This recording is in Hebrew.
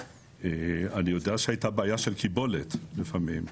אני יודע שהייתה בעיה של קיבולת, לפעמים,